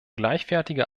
gleichwertige